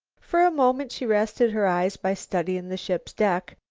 for a moment she rested her eyes by studying the ship's deck.